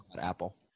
Apple